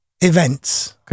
events